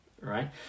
Right